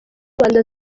rwanda